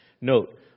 Note